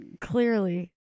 Clearly